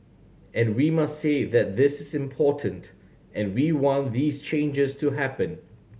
and we must say that this is important and we want these changes to happen